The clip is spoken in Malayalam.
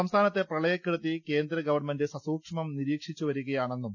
സംസ്ഥാ നത്തെ പ്രളയകെടുതി കേന്ദ്രഗവൺമെന്റ് സസൂക്ഷ്മം നിരീക്ഷിച്ചുവരി കയാണെന്നും